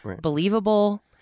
Believable